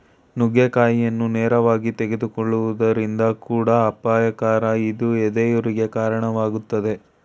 ನುಗ್ಗೆಕಾಯಿಯನ್ನು ನೇರವಾಗಿ ತೆಗೆದುಕೊಳ್ಳುವುದು ಕೂಡ ಅಪಾಯಕರ ಇದು ಎದೆಯುರಿಗೆ ಕಾಣವಾಗ್ತದೆ